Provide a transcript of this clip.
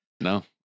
No